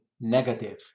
negative